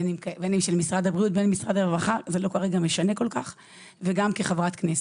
בין אם של משרד הבריאות ובין אם של משרד הרווחה וגם כחברת כנסת.